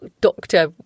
doctor